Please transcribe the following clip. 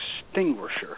extinguisher